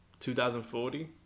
2040